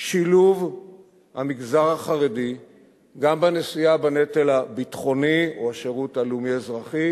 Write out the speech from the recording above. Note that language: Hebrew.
שילוב המגזר החרדי גם בנשיאה בנטל הביטחוני או השירות הלאומי-אזרחי